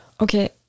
Okay